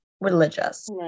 religious